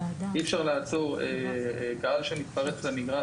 אי-אפשר לעצור קהל שמתפרץ למגרש,